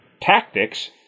tactics